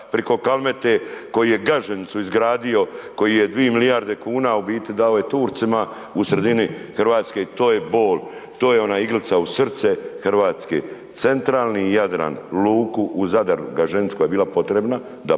preko Kalmeta koji je Gaženicu izgradio, koji je 2 milijarde kuna, u biti dao je Turcima u sredini Hrvatske i to je bol. To je ona iglica u srce Hrvatske, centralni Jadran, luku u Zadar Gaženici koja je bila potrebna, dapače,